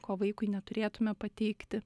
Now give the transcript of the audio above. ko vaikui neturėtume pateikti